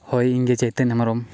ᱦᱳᱭ ᱤᱧᱜᱮ ᱪᱳᱭᱛᱚᱱ ᱦᱮᱢᱵᱨᱚᱢ